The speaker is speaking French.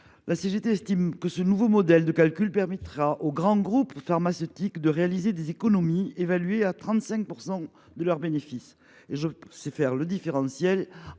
La CGT estime que ce nouveau mode de calcul permettra aux grands groupes pharmaceutiques de réaliser des économies évaluées à 35 % de leurs bénéfices. Monsieur le ministre,